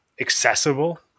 accessible